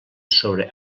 sobre